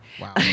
Wow